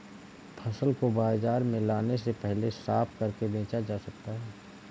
फसल को बाजार में लाने से पहले साफ करके बेचा जा सकता है?